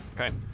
Okay